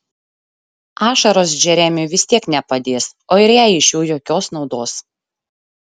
ašaros džeremiui vis tiek nepadės o ir jai iš jų jokios naudos